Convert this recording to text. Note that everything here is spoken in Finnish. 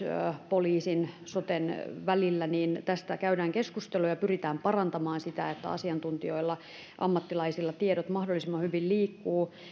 poliisin ja soten välillä tästä käydään keskustelua ja pyritään parantamaan sitä että asiantuntijoilla ammattilaisilla tiedot liikkuvat mahdollisimman hyvin